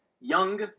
young